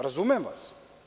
Razumem vas.